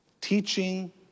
teaching